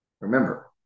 Remember